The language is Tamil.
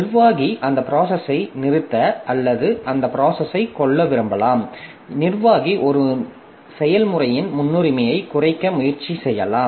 நிர்வாகி அந்த ப்ராசஸை நிறுத்த அல்லது அந்த ப்ராசஸை கொல்ல விரும்பலாம் நிர்வாகி ஒரு செயல்முறையின் முன்னுரிமையை குறைக்க முயற்சி செய்யலாம்